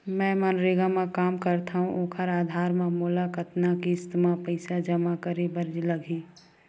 मैं मनरेगा म काम करथव, ओखर आधार म मोला कतना किस्त म पईसा जमा करे बर लगही?